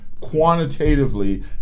quantitatively